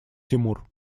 тимур